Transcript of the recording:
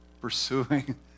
Pursuing